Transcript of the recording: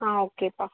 ஆ ஓகேப்பா